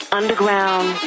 underground